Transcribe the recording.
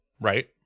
Right